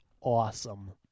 awesome